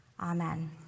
Amen